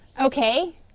Okay